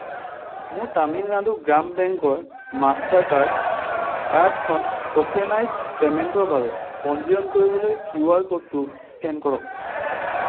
মোৰ তামিলনাডু গ্ৰাম বেংকৰ মাষ্টাৰ কাৰ্ড কাৰ্ডখন ট'কেনাইজ্ড পে'মেণ্টৰ বাবে পঞ্জীয়ন কৰিবলৈ কিউ আৰ ক'ডটো স্কেন কৰক